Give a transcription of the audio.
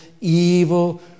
evil